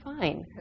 fine